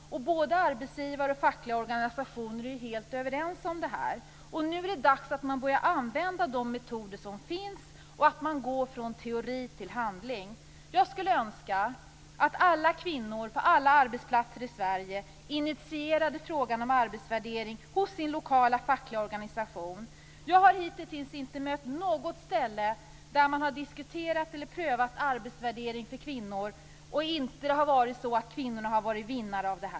Både arbetsgivare och fackliga organisationer är helt överens om detta. Nu är det dags att man börjar använda de metoder som finns och att man går från teori till handling. Jag skulle önska att alla kvinnor på alla arbetsplatser i Sverige initierade frågan om arbetsvärdering hos sin lokala fackliga organisation. Jag har hittills inte stött på något ställe där man har diskuterat eller prövat arbetsvärdering för kvinnor och det inte har varit så att kvinnorna har varit vinnare.